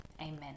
amen